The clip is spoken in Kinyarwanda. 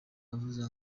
avuze